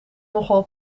nogal